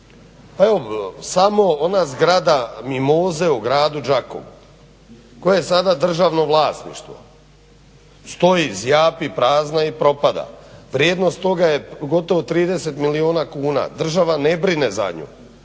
evo samo od nas grada mimoze u gradu Đakovu koje je sada državno vlasništvo stoji, zjapi prazna i propada. Vrijednost toga je gotovo 30 milijuna kuna. Država ne brine za nju,